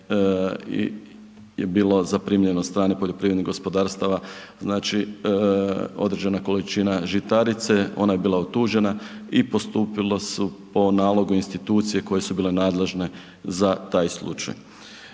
je bilo zaprimljeno od strane poljoprivrednih gospodarstava, znači određena količina žitarice, ona je bila utužena i postupilo se po nalogu institucije koje su bile nadležne za taj slučaj.